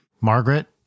Margaret